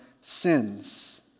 sins